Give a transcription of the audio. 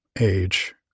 age